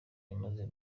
imaze